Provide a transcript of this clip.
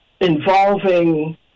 involving